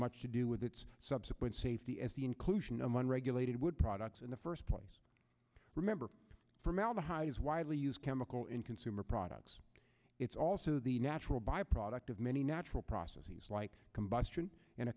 much to do with its subsequent safety as the inclusion of one regulated wood products in the first place remember formaldehyde is widely used chemical in consumer products it's also the natural byproduct of many natural processes like combustion and a